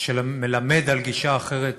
שמלמד על גישה אחרת